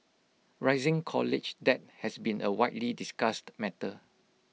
rising college debt has been A widely discussed matter